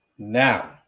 Now